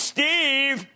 Steve